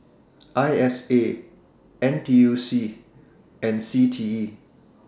I S A N T U C and C T E